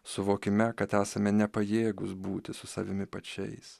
suvokime kad esame nepajėgūs būti su savimi pačiais